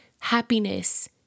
happiness